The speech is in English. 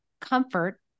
comfort